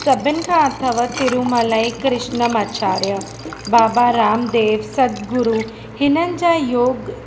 सभिनी खां अथव तिरुमलाई कृष्णमाचार्य बाबा रामदेव सतगुरू हिननि जा योग